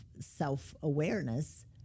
self-awareness